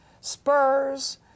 spurs